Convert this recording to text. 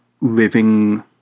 living